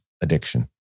addiction